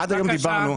כן, בבקשה.